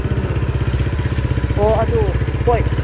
ꯎꯝ ꯍꯣ ꯑꯗꯨ ꯍꯣꯏ